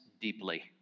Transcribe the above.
deeply